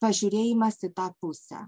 pažiūrėjimas į tą pusę